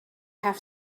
have